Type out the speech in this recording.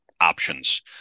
options